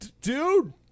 dude